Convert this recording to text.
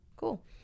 cool